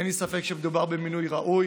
אין לי ספק שמדובר במינוי ראוי,